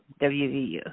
WVU